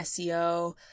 SEO